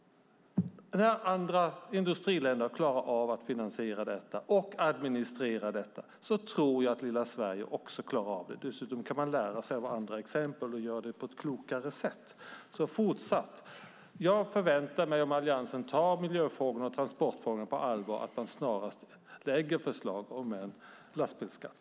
När andra industriländer klarar av att finansiera och administrera detta tror jag att lilla Sverige också klarar av det. Dessutom kan man lära sig av andra exempel och göra det på ett klokare sätt. Jag förväntar mig att om Alliansen tar miljöfrågorna och transportfrågorna på allvar så lägger man snarast fram förslag om en lastbilsskatt.